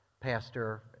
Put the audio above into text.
Pastor